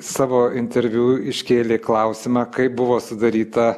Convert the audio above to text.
savo interviu iškėlė klausimą kaip buvo sudaryta